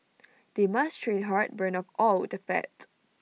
they must train hard burn off all the fat